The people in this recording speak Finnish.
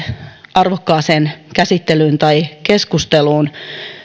arvokkaaseen käsittelyyn tai keskusteluun